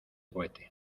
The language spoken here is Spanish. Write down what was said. cohete